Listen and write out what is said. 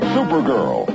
Supergirl